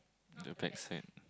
the back side